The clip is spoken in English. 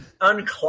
unclog